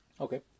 Okay